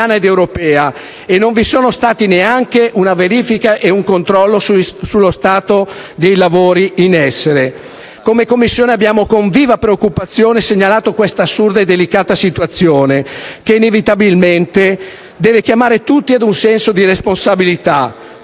e non vi sono stati neanche una verifica e un controllo sullo stato dei lavori. Come Commissione con viva preoccupazione abbiamo segnalato questa assurda e delicata situazione che, inevitabilmente, deve chiamare tutti ad un senso di responsabilità.